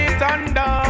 thunder